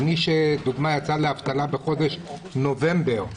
מי שלדוגמה יצא לאבטלה בחודש נובמבר,